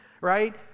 right